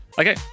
Okay